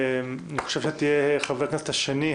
אתה תהיה חבר הכנסת השני,